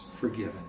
forgiven